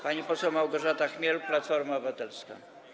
Pani poseł Małgorzata Chmiel, Platforma Obywatelska.